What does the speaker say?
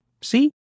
See